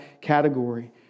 category